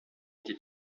été